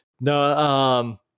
no